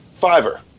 Fiverr